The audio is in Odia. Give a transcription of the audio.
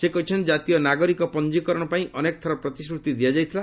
ସେ କହିଛନ୍ତି ଜାତୀୟ ନାଗରିକ ପଞ୍ଜିକରଣ ପାଇଁ ଅନେକଥର ପ୍ରତିଶ୍ରତି ଦିଆଯାଇଥିଲା